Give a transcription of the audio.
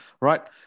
Right